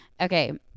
Okay